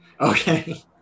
Okay